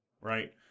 right